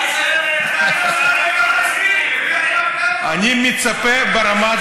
אני מצפה ברמה,